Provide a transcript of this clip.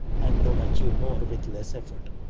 and then achieve more with less effort,